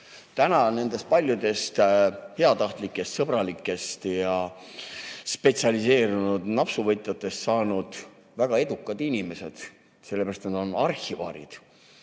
Täna on nendest paljudest heatahtlikest, sõbralikest ja spetsialiseerunud napsuvõtjatest saanud väga edukad inimesed, sellepärast et nad on arhivaarid.